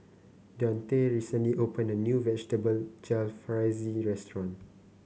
Dionte recently opened a new Vegetable Jalfrezi restaurant